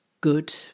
good